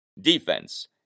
defense